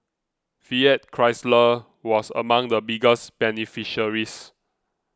Fiat Chrysler was among the biggest beneficiaries